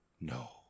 No